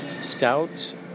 stouts